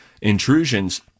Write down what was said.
intrusions